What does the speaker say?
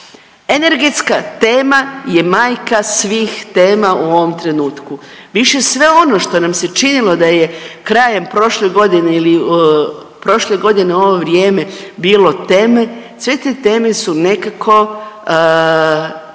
Energetska tema je majka svih tema u ovom trenutku, više sve ono što nam se činilo da je krajem prošle godine ili prošle godine u ovo vrijeme bilo teme, sve te teme su nekako